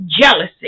jealousy